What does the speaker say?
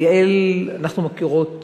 יעל, אנחנו מכירות